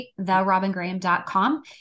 therobingraham.com